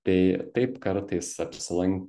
tai taip kartais apsilan